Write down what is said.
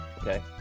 Okay